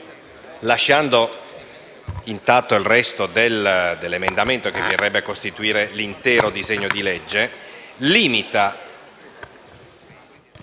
lasciando intatto il resto dell'emendamento, che verrebbe a costituire l'intero disegno di legge, limita